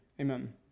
Amen